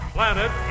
Planet